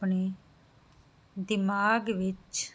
ਆਪਣੇ ਦਿਮਾਗ ਵਿੱਚ